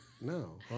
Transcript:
No